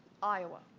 iowa,